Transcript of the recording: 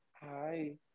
hi